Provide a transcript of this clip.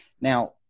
Now